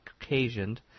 occasioned